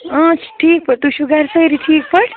اۭں ٹھیٖک پٲٹھۍ تُہۍ چھُو گَرِ سٲری ٹھیٖک پٲٹھۍ